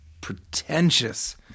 pretentious